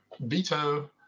veto